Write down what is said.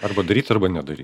arba daryt arba nedary